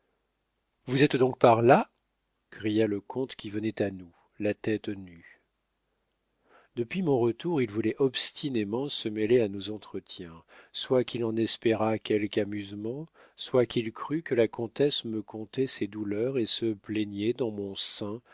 vous êtes donc par là cria le comte qui venait à nous la tête nue depuis mon retour il voulait obstinément se mêler à nos entretiens soit qu'il en espérât quelque amusement soit qu'il crût que la comtesse me contait ses douleurs et se plaignait dans mon sein